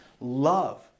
love